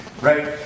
Right